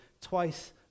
twice